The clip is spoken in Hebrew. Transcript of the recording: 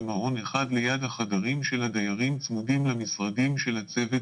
במעון אחד ליד החדרים של הדיירים צמודים למשרדים של הצוות.